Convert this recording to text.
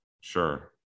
Sure